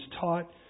taught